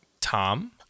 Tom